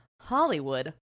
Hollywood